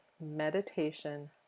meditation